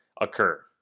occur